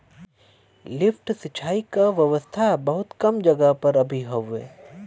lift सिंचाई क व्यवस्था बहुत कम जगह पर अभी हउवे